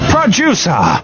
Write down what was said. Producer